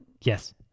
Yes